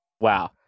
Wow